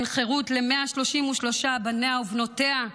אין חירות ל-133 בניהם ובנותיהם